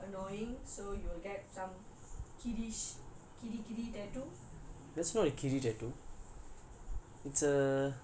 so people are saying that you are very annoying so you'll get some kiddish kiddy kiddy tattoo